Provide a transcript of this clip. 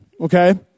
Okay